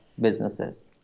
businesses